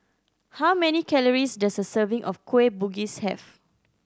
how many calories does a serving of Kueh Bugis have